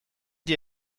die